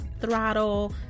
throttle